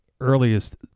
earliest